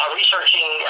researching